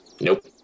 nope